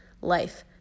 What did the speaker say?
life